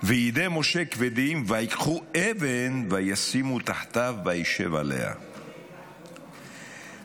וידי משה כבדים ויקחו אבן וישימו תחתיו וישב עליה (שמות י"ז,